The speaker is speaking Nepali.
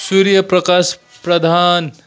सूर्यप्रकाश प्रधान